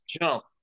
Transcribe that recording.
jump